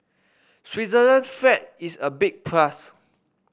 Switzerland's flag is a big plus